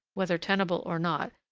whether tenable or not,